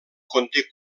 conté